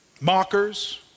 Mockers